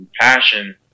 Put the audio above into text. passion